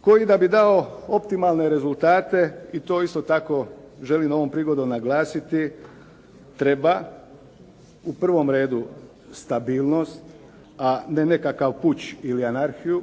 koji da bi dao optimalne rezultate i to isto tako želim ovom prigodom naglasiti, treba u prvom redu stabilnost a ne nekakav puč ili anarhiju,